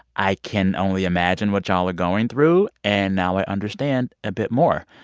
i can only imagine what y'all going through. and now i understand a bit more.